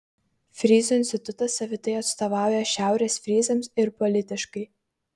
fryzų institutas savitai atstovauja šiaurės fryzams ir politiškai